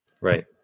Right